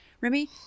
Remy